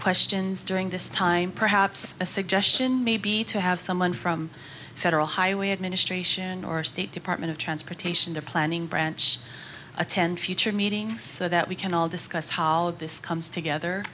questions during this time perhaps a suggestion maybe to have someone from the federal highway administration or state department of transportation their planning branch attend future meetings so that we can all discuss how this comes together